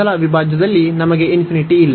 ಮೊದಲ ಅವಿಭಾಜ್ಯದಲ್ಲಿ ನಮಗೆ ಇಲ್ಲ